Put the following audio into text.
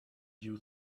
you